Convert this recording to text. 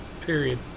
Period